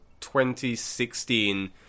2016